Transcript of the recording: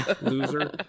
loser